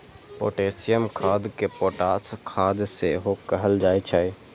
potassium खाद कें potash खाद सेहो कहल जाइ छै